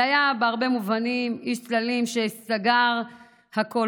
בהרבה מובנים זה היה איש צללים שסגר הכול.